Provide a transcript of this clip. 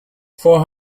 four